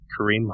Kareem